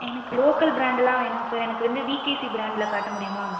எனக்கு லோக்கல் ப்ராண்டுலாம் வேணாம் சார் எனக்கு வந்து விகேசி ப்ராண்டில் காட்ட முடியுமா